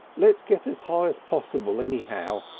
let's get as high as possible anyhow!